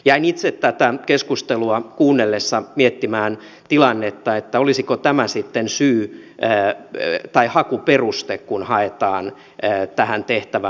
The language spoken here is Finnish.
jäin itse tätä keskustelua kuunnellessani miettimään tilannetta olisiko tämä sitten syy tai hakuperuste kun haetaan tähän tehtävään